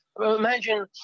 Imagine